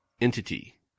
entity